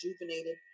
rejuvenated